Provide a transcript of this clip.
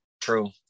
True